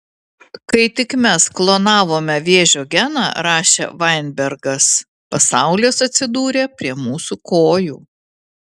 kai tik mes klonavome vėžio geną rašė vainbergas pasaulis atsidūrė prie mūsų kojų